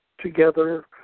together